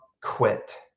quit